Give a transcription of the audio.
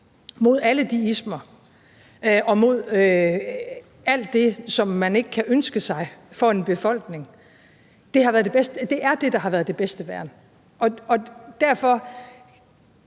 mod alle de ismer og mod alt det, som man ikke kan ønske sig for en befolkning. Det er det, der har været det bedste værn, og derfor